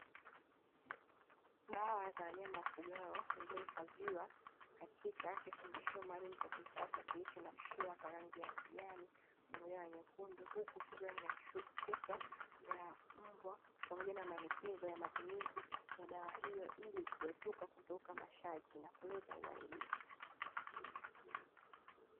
Dawa za wanyama wafugwao zilizohifadhiwa katika kifungashio maalumu cha kisasa kilichonakshiwa kwa rangi ya kijani pamoja na nyekundu, huku kikiwa na picha ya mbwa pamoja na maelekezo ya matumizi ya dawa hiyo, ili kuepuka kukiuka masharti na kuleta uaminifu.